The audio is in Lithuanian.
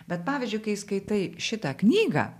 bet pavyzdžiui kai skaitai šitą knygą